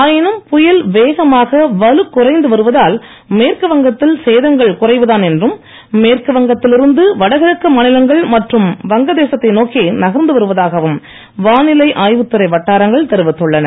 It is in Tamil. ஆயினும் புயல் வேகமாக வலு குறைந்து வருவதால் மேற்கு வங்கத்தில் சேதங்கள் குறைவு தான் என்றும் மேற்கு வங்கத்தில் இருந்து வடகிழக்கு மாநிலங்கள் மற்றும் வங்க தேசத்தை நோக்கி நகர்ந்து வருவதாகவும் வானிலை ஆய்வுத்துறை வட்டாரங்கள் தெரிவித்துள்ளன